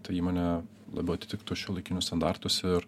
ta įmonė labiau atitiktų šiuolaikinius standartus ir